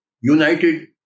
united